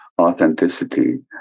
authenticity